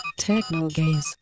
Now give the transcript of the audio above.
Technogaze